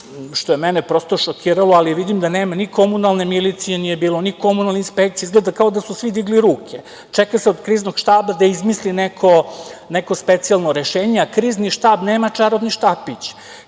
što je mene prosto šokiralo ali vidim da nema, ni komunalne milicije nije bilo, ni komunalne inspekcije, izgleda kao da su svi digli ruke. Čeka se od Kriznog štaba da izmisli neko specijalno rešenje, a Krizni štab nema čarobni štapić,